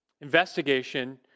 Investigation